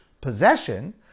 possession